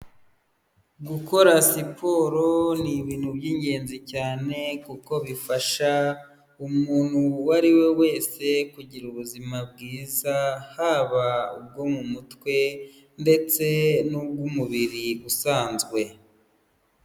Gukora siporo ni ibintu by'ingenzi cyane kuko bifasha umuntu uwo ari we wese kugira ubuzima bwiza haba ubwo mu mutwe ndetse n'ubw'umubiri usanzwe.